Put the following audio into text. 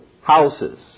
houses